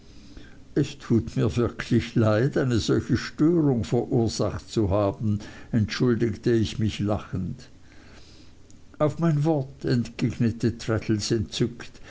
es tut mir wirklich leid eine solche störung verursacht zu haben entschuldigte ich mich lachend auf mein wort entgegnete traddles entzückt